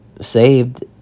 saved